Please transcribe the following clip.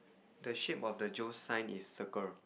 the shape of the Joe's sign is circle